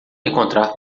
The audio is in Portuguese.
encontrar